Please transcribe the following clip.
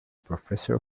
professor